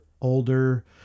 older